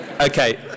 Okay